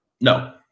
No